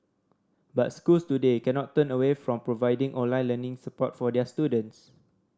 but schools today cannot turn away from providing online learning support for their students